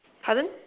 pardon